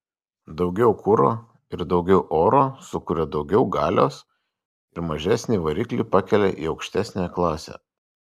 daugiau kuro ir daugiau oro sukuria daugiau galios ir mažesnį variklį pakelia į aukštesnę klasę